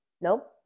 Nope